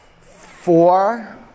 four